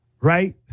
right